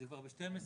זה כבר ב-12,